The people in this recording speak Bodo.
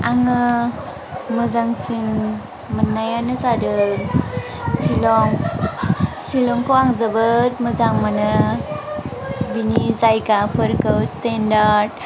आङो मोजांसिन मोननायानो जादों शिलं शिलंखौ आं जोबोद मोजां मोनो बिनि जायगाफोरखौ स्टेन्डार्ड